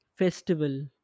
Festival